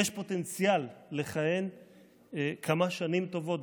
יש פוטנציאל לכהן כמה שנים טובות,